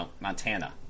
Montana